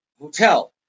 hotel